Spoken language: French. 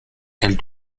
elle